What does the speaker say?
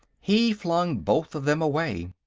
he flung both of them away.